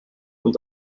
und